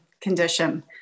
condition